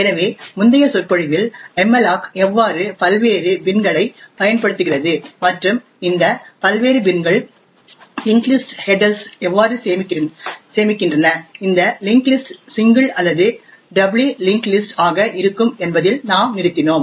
எனவே முந்தைய சொற்பொழிவில் malloc எவ்வாறு பல்வேறு பின்களைப் பயன்படுத்துகிறது மற்றும் இந்த பல்வேறு பின்கள் லிஙஂகஂடஂ லிஸஂடஂ ஹெடர்களை எவ்வாறு சேமிக்கின்றன இந்த லிஙஂகஂ லிஸஂடஂ சிங்கிள் அல்லது டபுளி லிஙஂகஂடஂ லிஸஂடஂ ஆக இருக்கும் என்பதில் நாம் நிறுத்தினோம்